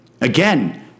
Again